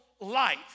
life